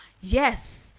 Yes